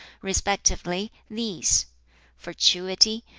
respectively, these fatuity,